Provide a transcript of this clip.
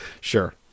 Sure